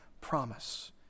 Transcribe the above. promise